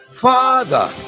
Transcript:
father